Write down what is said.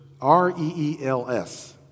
R-E-E-L-S